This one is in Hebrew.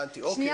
אני רוצה